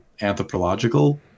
anthropological